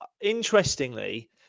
interestingly